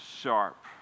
sharp